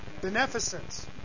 Beneficence